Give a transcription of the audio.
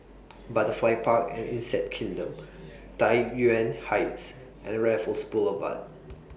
Butterfly Park and Insect Kingdom Tai Yuan Heights and Raffles Boulevard